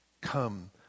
come